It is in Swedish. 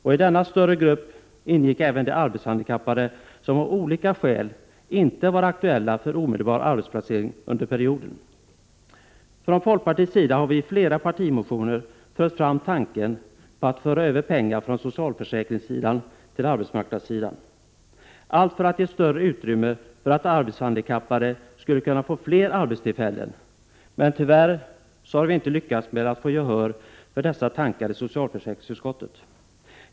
I denna större grupp ingick även de arbetshandikappade som av olika skäl inte var aktuella för omedelbar arbetsplacering under perioden. 31 Från folkpartiets sida har vi i flera partimotioner fört fram tanken på att 17 november 1988 föra över pengar från socialförsäkringssidan till arbetsmarknadssidan, allt för att ge större utrymme för arbetshandikappade att få fler arbetstillfällen. Men tyvärr har vi inte lyckats få gehör för dessa tankar i socialförsäkringsut skottet.